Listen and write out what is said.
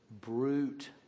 brute